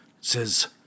Says